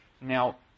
Now